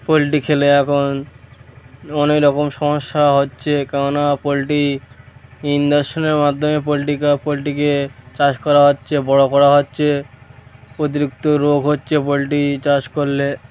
poultry খেলে এখন অনেক রকম সমস্যা হচ্ছে কেন না পোলট্রি ইঞ্জেকশনের মাধ্যমে পোলট্রিকা পোলট্রিকে চাষ করা হচ্ছে বড় করা হচ্ছে অতিরিক্ত রোগ হচ্ছে পোলট্রি চাষ করলে